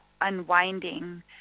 unwinding